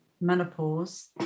menopause